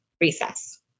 recess